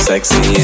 sexy